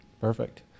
Perfect